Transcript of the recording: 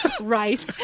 rice